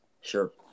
Sure